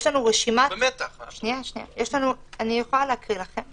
יש לנו רשימת היחידות האדומות.